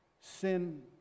sin